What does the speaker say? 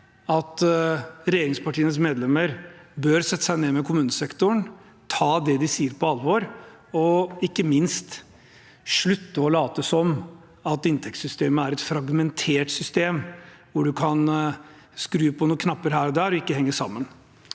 at regjeringspartienes medlemmer bør sette seg ned med kommunesektoren og ta det de sier på alvor, og ikke minst slutte å late som om inntektssystemet er et fragmentert system hvor man kan skru på noen knapper her og der, og som ikke henger sammen.